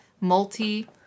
multi